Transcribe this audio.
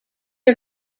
are